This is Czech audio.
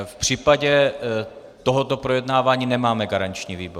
V případě tohoto projednávání nemáme garanční výbor.